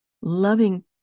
loving